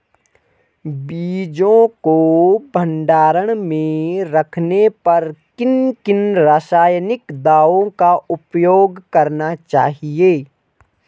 बीजों को भंडारण में रखने पर किन किन रासायनिक दावों का उपयोग करना चाहिए?